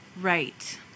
Right